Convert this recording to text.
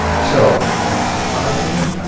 so not surprisingly,